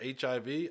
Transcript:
HIV